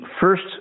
first